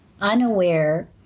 unaware